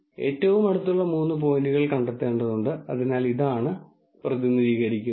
അതിനാൽ മേശപ്പുറത്തുള്ളത് സൂക്ഷ്മാണുക്കൾ ഒന്നാണെന്ന് നിങ്ങൾ അനുമാനിക്കുന്നുവെന്ന് നമുക്ക് പറയാം